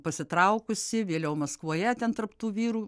pasitraukusi vėliau maskvoje ten tarp tų vyrų